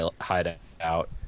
hideout